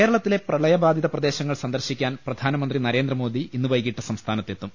കേരളത്തിലെ പ്രളയബാധിത പ്രദേശങ്ങൾ സന്ദർശിക്കാൻ പ്രധാ നമന്ത്രി നരേന്ദ്രമോദി ഇന്ന് വൈകിട്ട് സംസ്ഥാനത്തെത്തും